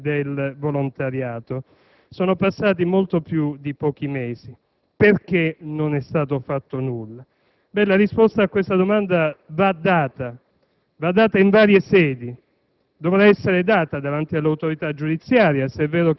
gli eventi calamitosi e formare la rete del volontariato». Sono passati molto più di pochi mesi: perché non è stato fatto nulla? La risposta a questa domanda va data in varie sedi.